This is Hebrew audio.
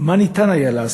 מה היה אפשר לעשות,